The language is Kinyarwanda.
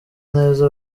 neza